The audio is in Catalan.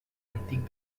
antic